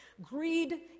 Greed